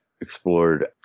explored